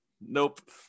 Nope